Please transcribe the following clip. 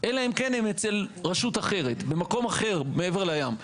אלא אם כן הם אצל רשות אחרת, במקום אחר, מעבר לים.